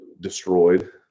destroyed